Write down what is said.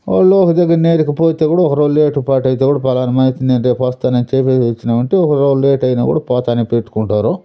వాళ్ళు ఒక్క దగ్గరనే ఇకపోతే కూడా ఒక రవ్వ లేటు పాటు అయితే కూడా ఫలానా మనిషి నేను రేపు వస్తానని చెప్పేసి వచ్చినావంటే ఒక రవ్వ లేట్ అయిన కూడా పోతానే పెట్టుకుంటారు